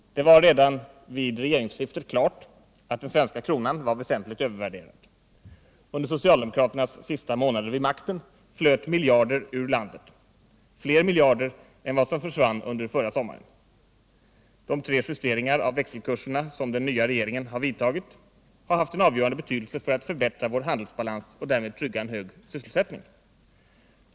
Det var redan vid regeringsskiftet klart att den svenska kronan var väsentligt övervärderad. Under socialdemokraternas sista månader vid makten flöt miljarder ut ur landet, fler miljarder än vad som försvann under förra sommaren. De tre justeringar av växelkurserna som den nya regeringen har vidtagit har haft en avgörande betydelse för att förbättra vår handelsbalans och därmed trygga en hög sysselsättning.